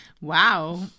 Wow